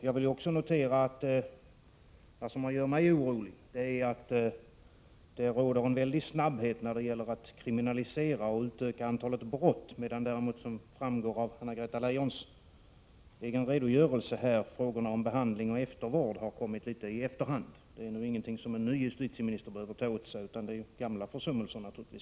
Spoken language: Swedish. Jag vill också notera att det som gör mig orolig är att det är en stor snabbhet när det gäller att kriminalisera och utöka antalet brott, medan däremot, som framgår av Anna-Greta Leijons redogörelse, frågorna om behandling och eftervård har kommit i efterhand. Men det är ingenting som den nya justitieministern behöver ta åt sig av, utan det är naturligtvis gamla försummelser.